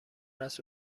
است